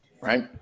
right